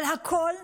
אבל הכול,